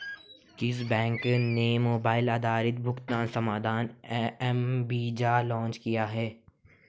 किस बैंक ने मोबाइल आधारित भुगतान समाधान एम वीज़ा लॉन्च किया है?